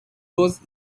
those